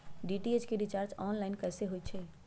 DTH के recharge online कैसे होईछई?